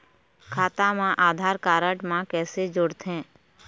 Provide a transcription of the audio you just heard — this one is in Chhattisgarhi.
खाता मा आधार कारड मा कैसे जोड़थे?